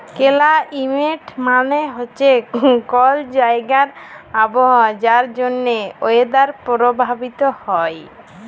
climate মালে হছে কল জাইগার আবহাওয়া যার জ্যনহে ওয়েদার পরভাবিত হ্যয়